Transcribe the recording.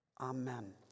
Amen